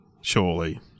surely